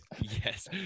Yes